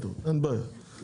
הם